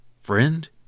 Friend